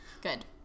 Good